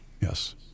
Yes